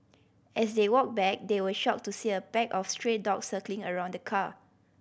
as they walked back they were shocked to see a pack of stray dogs circling around the car